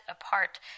apart